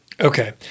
Okay